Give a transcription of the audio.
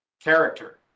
character